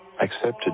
accepted